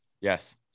Yes